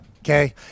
Okay